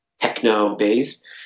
techno-based